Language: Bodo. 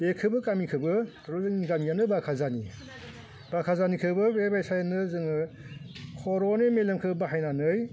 बेखौबो गामिखौबो रनेननि गामियानो बाखाजानि बाखाजानिखौबो बे बायसानो जोङो खर'नि मेलेमखौ बाहायनानै